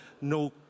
no